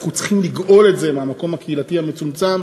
אנחנו צריכים לגאול את זה מהמקום הקהילתי המצומצם